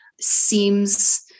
seems